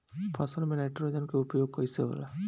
फसल में नाइट्रोजन के उपयोग कइसे होला?